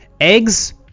Eggs